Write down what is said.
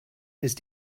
ist